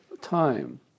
time